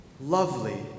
lovely